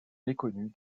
méconnus